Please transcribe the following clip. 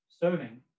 serving